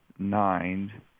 nine